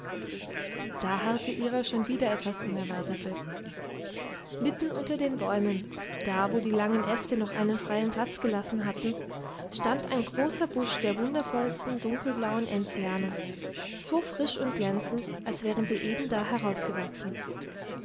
da harrte ihrer schon wieder etwas unerwartetes mitten unter den bäumen da wo die langen äste noch einen freien platz gelassen hatten stand ein großer busch der wundervollsten dunkelblauen enzianen so frisch und glänzend als wären sie eben da